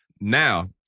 Now